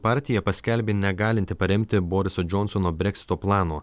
partija paskelbė negalinti paremti boriso džonsono breksito plano